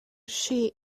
sheet